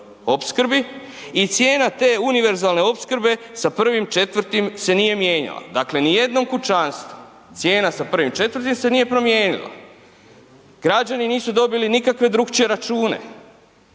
opskrbi i cijena te univerzalne opskrbe sa 1.4. se nije mijenjala, dakle ni jednom kućanstvu. Cijena sa 1.4. se nije promijenila. Građani nisu dobili nikakve drukčije račune.